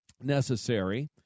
necessary